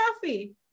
coffee